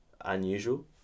unusual